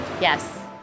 yes